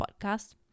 podcast